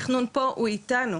מינהל התכנון פה הוא איתנו,